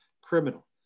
criminal